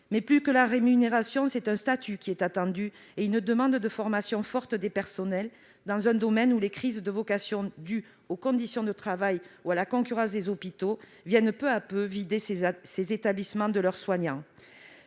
hausse de la rémunération, c'est un statut qui est attendu. La demande de formation des personnels est également forte, dans un domaine où les crises de vocations dues aux conditions de travail ou à la concurrence des hôpitaux viennent peu à peu vider les établissements de leurs soignants.